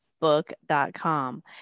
book.com